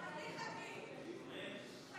נעבור להסתייגות מס' 48. הצבעה.